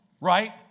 right